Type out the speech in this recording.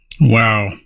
wow